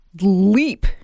leap